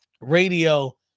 radio